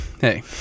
Hey